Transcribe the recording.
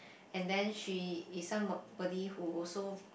and then she is somebody who also